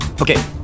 Okay